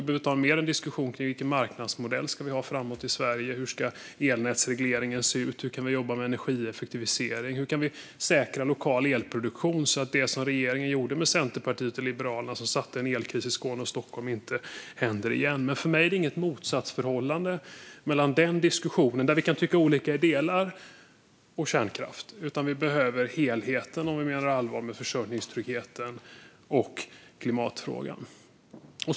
Vi behöver ha mer diskussion om vilken marknadsmodell som ska finnas i framtiden i Sverige, hur elnätsregleringen ska se ut, hur vi kan jobba med energieffektivisering och hur vi kan säkra lokal elproduktion så att inte en uppgörelse som den regeringen gjorde med Centerpartiet och Liberalerna som skapade en elkris i Skåne och Stockholm händer igen. För mig finns inget motsatsförhållande mellan den diskussionen, där vi kan tycka olika i delar, och kärnkraften. Vi behöver helheten om vi menar allvar med försörjningstryggheten och klimatfrågan. Fru talman!